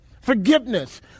Forgiveness